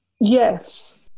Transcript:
Yes